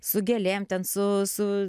su gėlėm ten su su